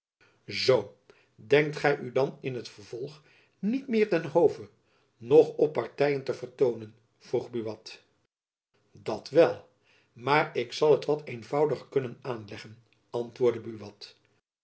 zoo denkt gy u dan in het vervolg niet meer ten hove noch op partyen te vertoonen vroeg elizabeth dat wel maar ik zal het wat eenvoudiger kunnen aanleggen antwoordde